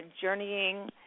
journeying